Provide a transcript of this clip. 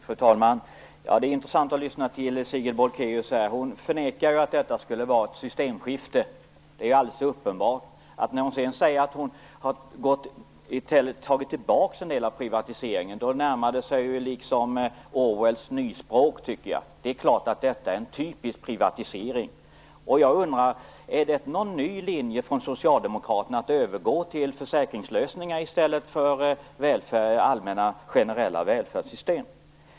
Fru talman! Det är intressant att lyssna till Sigrid Bolkéus. Hon förnekar att detta skulle vara ett systemskifte, det är alldeles uppenbart. När hon sedan säger att man har tagit tillbaka en del av privatiseringen, tycker jag att det närmar sig årets nyspråk. Det är klart att detta är en typisk privatisering. Jag undrar: Är det en ny linje från Socialdemokraterna att man övergår från allmänna, generella välfärdssystem till försäkringslösningar?